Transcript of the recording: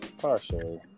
Partially